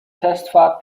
testfahrt